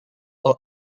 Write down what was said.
are